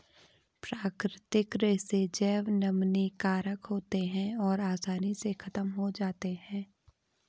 प्राकृतिक रेशे जैव निम्नीकारक होते हैं और आसानी से ख़त्म हो जाते हैं